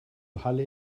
halle